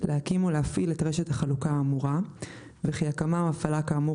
להקים או להפעיל את רשת החלוקה האמורה וכי הקמה או הפעלה כאמור